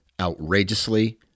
outrageously